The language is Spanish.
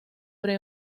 que